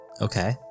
Okay